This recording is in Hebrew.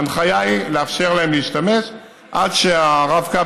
ההנחיה היא לאפשר להם להשתמש עד שהרב-קו